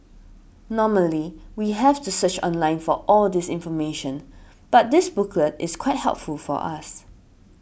normally we have to search online for all this information but this booklet is quite helpful for us